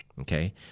Okay